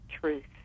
truth